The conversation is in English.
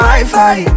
Wi-Fi